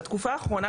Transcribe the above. בתקופה האחרונה,